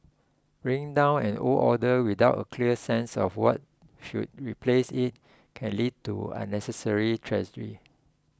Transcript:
bringing down an old order without a clear sense of what should replace it can lead to unnecessary tragedy